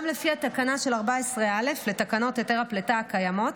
גם לפי תקנה 14א לתקנות היתר הפליטה הקיימות,